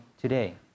today